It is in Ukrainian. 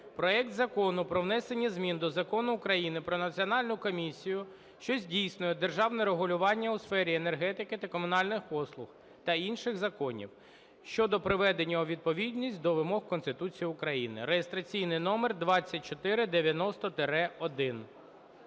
проект Закону про внесення змін до Закону України "Про Національну комісію, що здійснює державне регулювання у сфері енергетики та комунальних послуг" та інших законів (щодо приведення у відповідність до вимог Конституції України), (реєстраційний номер 2490-1).